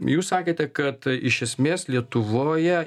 jūs sakėte kad iš esmės lietuvoje